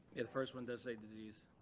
the first one does say disease